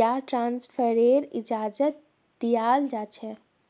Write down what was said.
या ट्रान्स्फरेर इजाजत दीयाल जा छेक